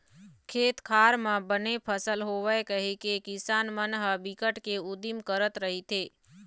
खेत खार म बने फसल होवय कहिके किसान मन ह बिकट के उदिम करत रहिथे